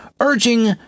urging